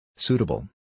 Suitable